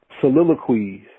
soliloquies